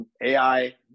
AI